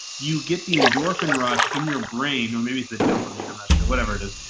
you get the endorphin rush in your brain. well maybe it's the dopamine, i'm not sure whatever it is,